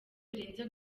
birenze